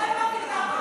לך.